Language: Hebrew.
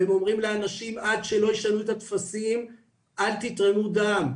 והם אומרים לאנשים שעד שלא ישנו את הטפסים לא לתרום דם.